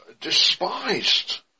despised